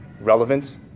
relevance